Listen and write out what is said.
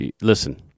Listen